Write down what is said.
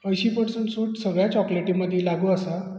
अंयशीं पर्संट सूट सगळ्या चॉकलेटीं मदीं लागू आसा